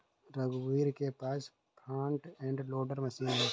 रघुवीर के पास फ्रंट एंड लोडर मशीन है